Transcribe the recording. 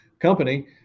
company